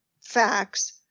facts